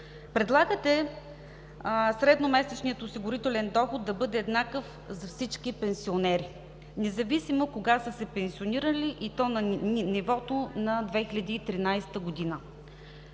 Предлагате средномесечният осигурителен доход да бъде еднакъв за всички пенсионери, независимо кога са се пенсионирали, и то на нивото на 2013 г.,